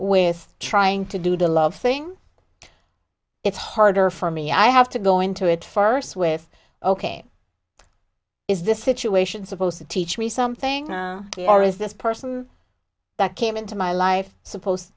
with trying to do the love thing it's harder for me i have to go into it first with ok is this situation supposed to teach me something or is this person that came into my life supposed to